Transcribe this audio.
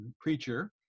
preacher